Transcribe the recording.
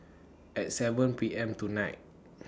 At seven P M tonight